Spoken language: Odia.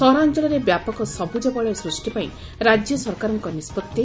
ସହରାଞ୍ଚଳରେ ବ୍ୟାପକ ସବୁଜ ବଳୟ ସୂଷି ପାଇଁ ରାଜ୍ୟ ସରକାରଙ୍କ ନିଷ୍ବଉି